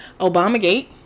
Obamagate